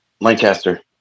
Lancaster